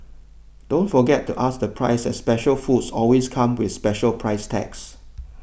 don't forget to ask the price as special foods always come with special price tags